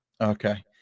okay